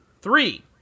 three